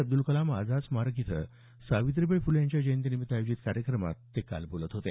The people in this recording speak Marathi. अब्दुल कलाम आझाद स्मारक इथं सावित्रीबाई फुले यांच्या जयंतीनिमित्त आयोजित कार्यक्रमात ते काल बोलत होते